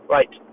Right